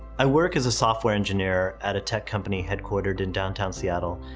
i work as a software engineer at a tech company headquartered in downtown seattle,